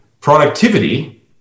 productivity